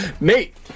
Mate